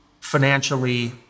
financially